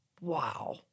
Wow